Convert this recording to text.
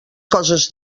coses